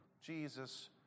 Jesus